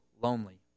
lonely